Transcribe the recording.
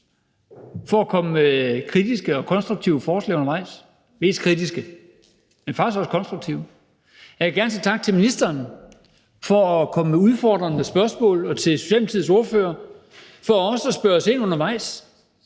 for at komme med kritiske og konstruktive forslag undervejs – mest kritiske, men faktisk også konstruktive. Jeg vil gerne sige tak til ministeren for at komme med udfordrende spørgsmål og til Socialdemokratiets ordfører for også at spørge os undervejs.